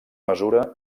mesura